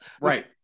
right